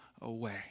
away